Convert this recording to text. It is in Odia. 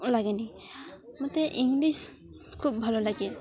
ଓ ଲାଗେନି ମୋତେ ଇଂଲିଶ ଖୁବ୍ ଭଲ ଲାଗେ